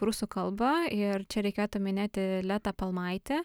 prūsų kalbą ir čia reikėtų minėti letą palmaitį